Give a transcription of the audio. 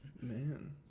Man